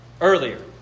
earlier